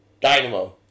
Dynamo